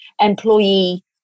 employee